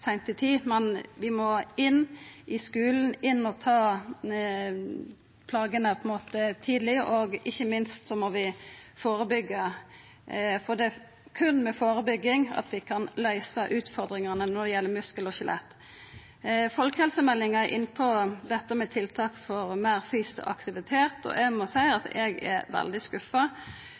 Vi må inn i skulen og ta tak i plagene tidleg. Ikkje minst må vi førebyggja, for det er berre med førebygging at vi kan løysa utfordringane når det gjeld muskel- og skjelettlidingar. Folkehelsemeldinga kjem inn på tiltak for meir fysisk aktivitet. Eg må seia at eg er veldig skuffa.